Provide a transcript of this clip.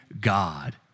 God